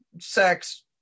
sex